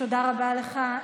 רבה לך,